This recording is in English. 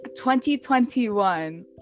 2021